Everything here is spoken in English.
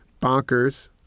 bonkers